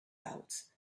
out